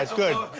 good.